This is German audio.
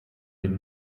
den